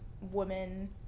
woman